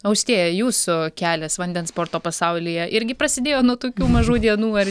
austėja jūsų kelias vandens sporto pasaulyje irgi prasidėjo nuo tokių mažų dienų ar